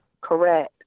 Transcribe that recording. Correct